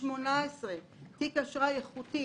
ב-2018 תיק האשראי איכותי,